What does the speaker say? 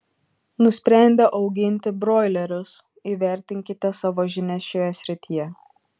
nusprendę auginti broilerius įvertinkite savo žinias šioje srityje